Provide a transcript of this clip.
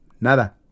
Nada